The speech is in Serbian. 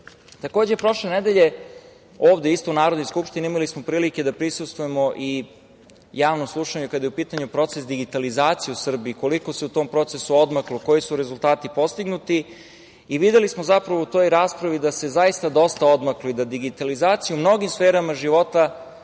čujemo. Takođe, prošle nedelje ovde isto u Narodnoj skupštini imali smo prilike da prisustvujemo i javnom slušanju kada je u pitanju proces digitalizacije u Srbiji, koliko se u tom procesu odmaklo, koji su rezultati postignuti. Videli smo zapravo u toj raspravi da se zaista dosta odmaklo i da je digitalizacija u mnogim sferama života